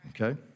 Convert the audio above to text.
okay